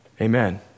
Amen